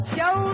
Show